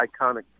iconic